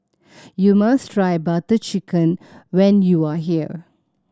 you must try Butter Chicken when you are here